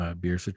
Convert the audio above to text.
beer